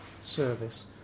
service